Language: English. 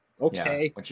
okay